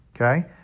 Okay